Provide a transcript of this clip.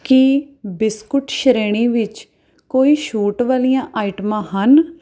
ਕੀ biscuit ਸ਼੍ਰੇਣੀ ਵਿੱਚ ਕੋਈ ਛੂਟ ਵਾਲੀਆਂ ਆਈਟਮਾਂ ਹਨ